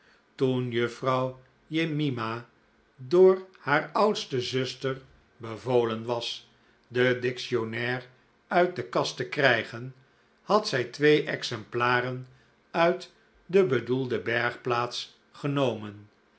toen juffrouw jemima door haar oudste zuster bevolen was den dictionnaire uit de kast te krijgen had zij twee exemplaren uit de bedoelde bergplaats genomen